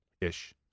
ish